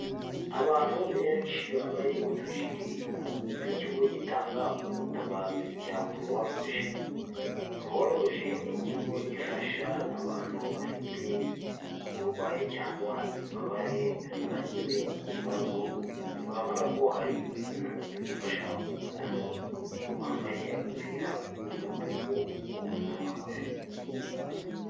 Abantu benshi bambaye utujiri tw'ikigo gitanga ubutabazi cya croix rouge. Croix rouge ni ikigo gifasha abantu bafite uburwayi cyangwa imbabare zagize ikibazo urabona ko hari umuntu uri gufasha umuntu wambaye agapira k'umutuku uwo muntu akaba yagize ikibazo.